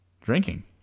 Drinking